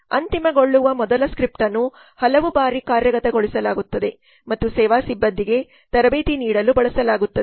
ಅಂತಿಮಗೊಳ್ಳುವ ಮೊದಲು ಸ್ಕ್ರಿಪ್ಟ್ ಅನ್ನು ಕೆಲವು ಬಾರಿ ಕಾರ್ಯಗತಗೊಳಿಸಲಾಗುತ್ತದೆ ಮತ್ತು ಸೇವಾ ಸಿಬ್ಬಂದಿಗೆ ತರಬೇತಿ ನೀಡಲು ಬಳಸಲಾಗುತ್ತದೆ